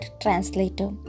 translator